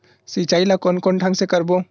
सिंचाई ल कोन ढंग से करबो?